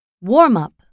Warm-up